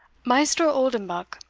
maister oldenbuck,